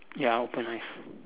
ya open eyes